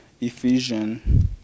Ephesians